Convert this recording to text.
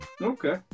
Okay